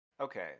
Okay